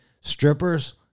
Strippers